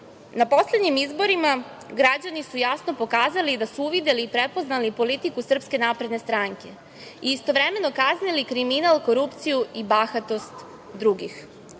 poslednjim izborima građani su jasno pokazali da su uvideli i prepoznali politiku SNS i istovremeno kaznili kriminal, korupciju i bahatost drugih. Imajući